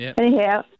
Anyhow